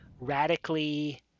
radically